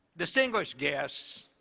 distinguished guests,